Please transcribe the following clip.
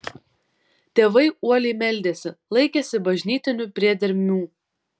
tėvai uoliai meldėsi laikėsi bažnytinių priedermių